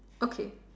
okay